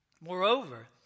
Moreover